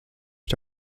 iść